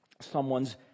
someone's